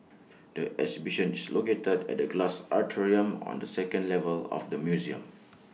the exhibition is located at the glass atrium on the second level of the museum